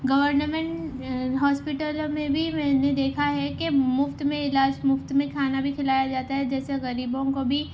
government ہاسپیٹلوں میں بھی میں نے دیکھا ہے کہ مفت میں علاج مفت میں کھانا بھی کھلایا جاتا ہے جیسے غریبوں کو بھی